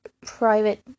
private